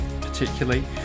particularly